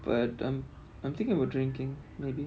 but I'm I'm thinking about drinking maybe